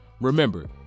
Remember